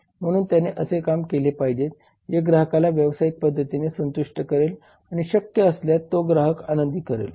म्हणून त्याने असे काम केले पाहिजे जे ग्राहकाला व्यावसायिक पद्धतीने संतुष्ट करेल आणि शक्य असल्यास तो ग्राहकाला आनंदित करेल